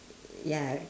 ya